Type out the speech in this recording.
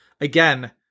again